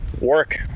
Work